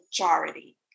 majority